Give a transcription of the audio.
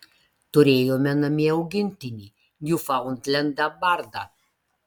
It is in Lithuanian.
turėjome namie augintinį niufaundlendą bardą